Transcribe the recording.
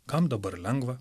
kam dabar lengva